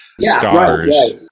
stars